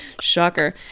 Shocker